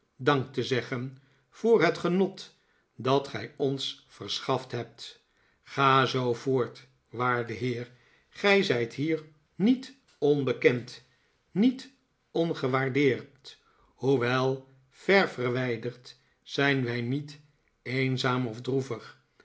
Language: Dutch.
dank te zeggen voor het genot dat gij ons verschaft hebt ga zoo voort waarde heer gij zijt hier niet onbekend niet ongewaardeerd hoewel ver verwijderd zijn wij niet eenzaam of droevig